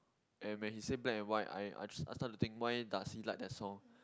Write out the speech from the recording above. and when he said black and white I I just I start to think why does he like that song